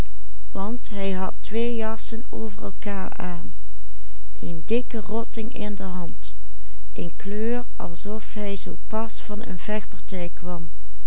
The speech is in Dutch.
in de hand een kleur als of hij zoo pas van een vechtpartij kwam